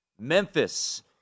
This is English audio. Memphis